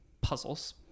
puzzles